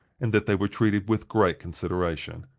and that they were treated with great consideration.